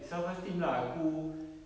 self esteem lah aku